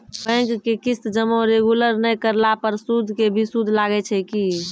Bank के किस्त जमा रेगुलर नै करला पर सुद के भी सुद लागै छै कि?